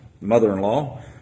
mother-in-law